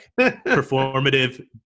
performative